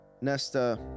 Nesta